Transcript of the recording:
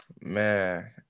man